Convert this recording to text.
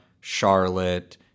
Charlotte